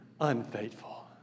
unfaithful